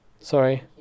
Sorry